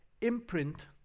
imprint